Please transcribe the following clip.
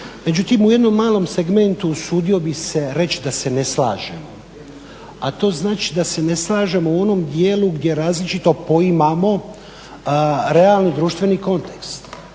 Međutim u jednom malom segmentu usudio bih se reći da se ne slažemo, a to znači da se ne slažemo u onom dijelu gdje različito poimamo realni društveni kontekst